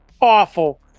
Awful